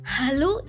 Hello